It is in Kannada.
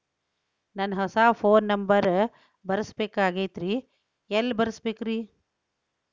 ನಂದ ಹೊಸಾ ಫೋನ್ ನಂಬರ್ ಬರಸಬೇಕ್ ಆಗೈತ್ರಿ ಎಲ್ಲೆ ಬರಸ್ಬೇಕ್ರಿ?